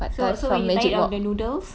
so so when you tired of the noodles